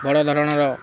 ବଡ଼ ଧରଣର